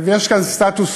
יש כאן סטטוס-קוו.